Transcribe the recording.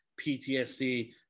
PTSD